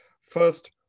First